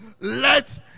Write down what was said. let